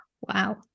wow